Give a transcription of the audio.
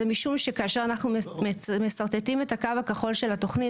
זה משום שכאשר אנחנו משרטטים את הקו הכחול של התוכנית,